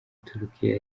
turikiya